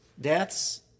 deaths